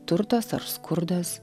turtas ar skurdas